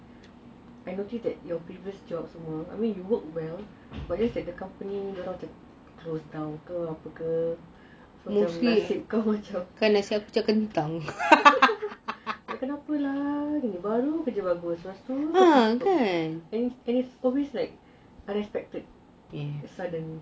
I noticed that your previous job I mean you worked well but just that the company closed down ke apa ke and it's always like unexpected suddenly